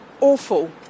awful